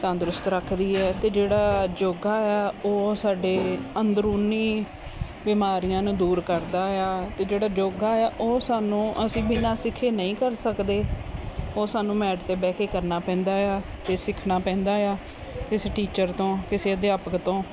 ਤੰਦਰੁਸਤ ਰੱਖਦੀ ਹੈ ਅਤੇ ਜਿਹੜਾ ਯੋਗਾ ਆ ਉਹ ਸਾਡੇ ਅੰਦਰੂਨੀ ਬਿਮਾਰੀਆਂ ਨੂੰ ਦੂਰ ਕਰਦਾ ਆ ਅਤੇ ਜਿਹੜੇ ਯੋਗਾ ਆ ਉਹ ਸਾਨੂੰ ਅਸੀਂ ਬਿਨਾਂ ਸਿੱਖੇ ਨਹੀਂ ਕਰ ਸਕਦੇ ਉਹ ਸਾਨੂੰ ਮੈਟ 'ਤੇ ਬਹਿ ਕੇ ਕਰਨਾ ਪੈਂਦਾ ਆ ਕਿ ਸਿੱਖਣਾ ਪੈਂਦਾ ਆ ਇਸ ਟੀਚਰ ਤੋਂ ਕਿਸੇ ਅਧਿਆਪਕ ਤੋਂ